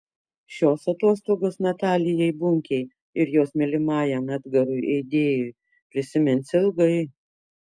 šios atostogos natalijai bunkei ir jos mylimajam edgarui eidėjui prisimins ilgai